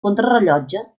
contrarellotge